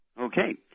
Okay